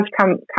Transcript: come